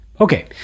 Okay